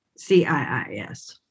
CIIS